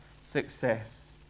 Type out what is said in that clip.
success